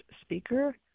speaker